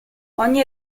ogni